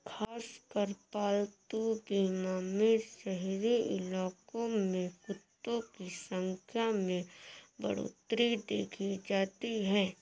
खासकर पालतू बीमा में शहरी इलाकों में कुत्तों की संख्या में बढ़ोत्तरी देखी जाती है